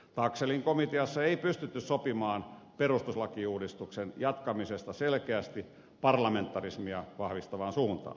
taxellin komiteassa ei pystytty sopimaan perustuslakiuudistuksen jatkamisesta selkeästi parlamentarismia vahvistavaan suuntaan